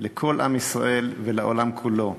לכל עם ישראל ולעולם כולו.